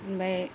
ओमफ्राय